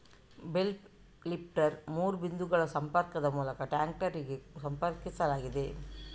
bale lifter ಮೂರು ಬಿಂದುಗಳ ಸಂಪರ್ಕದ ಮೂಲಕ ಟ್ರಾಕ್ಟರಿಗೆ ಸಂಪರ್ಕಿಸಲಾಗಿದೆ